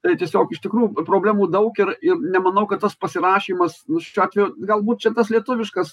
tai tiesiog iš tikrų problemų daug ir ir nemanau kad tas pasirašymas nu šiuo atveju galbūt čia tas lietuviškas